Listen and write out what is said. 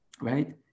right